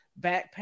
backpack